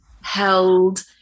held